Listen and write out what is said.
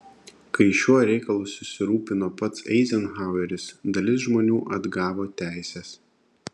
kai šiuo reikalu susirūpino pats eizenhaueris dalis žmonių atgavo teises